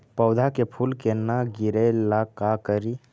पौधा के फुल के न गिरे ला का करि?